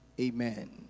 Amen